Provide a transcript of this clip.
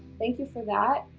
thank you for that.